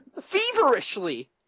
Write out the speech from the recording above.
feverishly